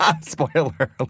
Spoiler